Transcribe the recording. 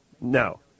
no